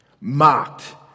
mocked